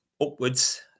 upwards